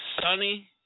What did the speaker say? sunny